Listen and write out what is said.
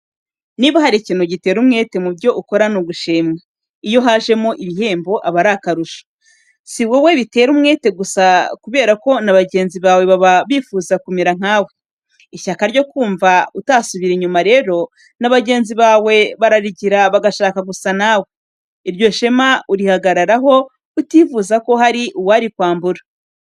Niba hari ikintu gitera umwete mu byo ukora ni ugushimwa. Iyo hajemo ibihembo aba ari akarusho. Si wowe bitera umwete gusa kubera ko na bagenzi bawe baba bifuza kumera nkawe. Ishyaka ryo kumva utasubira inyuma rero, na bagenzi bawe bararigira bashaka gusa nawe. Iryo shema urihagararaho utifuza ko hari urikwambura.